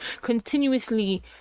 Continuously